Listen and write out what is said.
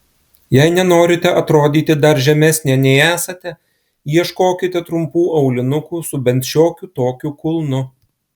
jei nenorite atrodyti dar žemesnė nei esate ieškokite trumpų aulinukų su bent šiokiu tokiu kulnu